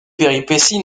péripéties